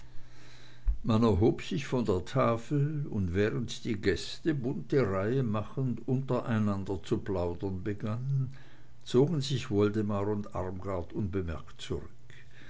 man erhob sich von der tafel und während die gäste bunte reihe machend untereinander zu plaudern begannen zogen sich woldemar und armgard unbemerkt zurück